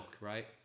right